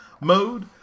mode